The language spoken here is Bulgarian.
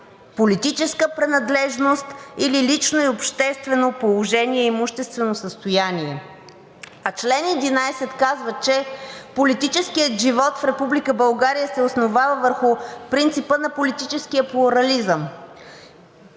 политическа принадлежност или лично и обществено положение, имуществено състояние. А чл. 11 казва, че политическият живот в Република България се основава върху принципа на политическия плурализъм.